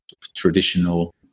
traditional